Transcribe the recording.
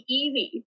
easy